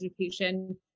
education